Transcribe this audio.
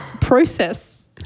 process